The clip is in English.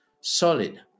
solid